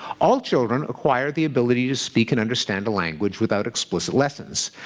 all children acquire the ability to speak and understand a language without explicit lessons.